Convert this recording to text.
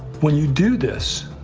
when you do this,